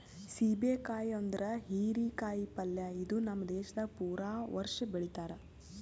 ಸೀಬೆ ಕಾಯಿ ಅಂದುರ್ ಹೀರಿ ಕಾಯಿ ಪಲ್ಯ ಇದು ನಮ್ ದೇಶದಾಗ್ ಪೂರಾ ವರ್ಷ ಬೆಳಿತಾರ್